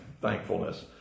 thankfulness